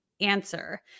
answer